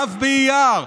ו' באייר,